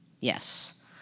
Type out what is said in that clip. Yes